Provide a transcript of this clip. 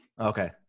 Okay